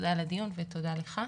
תודה על הדיון ותודה לך.